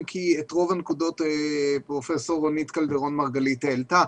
אם כי את רוב הנקודות פרופ' רונית קלדרון-מרגלית העלתה.